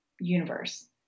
universe